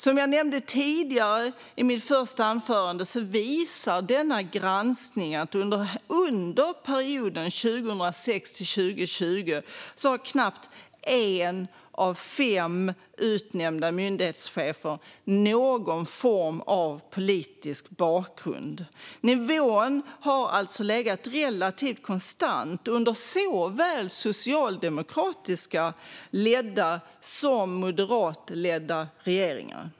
Som jag nämnde tidigare, i mitt första inlägg, visar denna granskning att under perioden 2006-2020 hade färre än en av fem utnämnda myndighetschefer någon form av politisk bakgrund. Nivån har alltså legat relativt konstant under såväl socialdemokratiskt ledda som moderatledda regeringar.